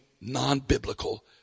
non-biblical